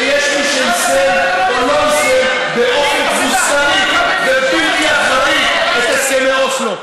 ויש מי שיישם או לא יישם באופן תבוסתני ובלתי אחראי את הסכמי אוסלו.